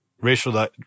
racial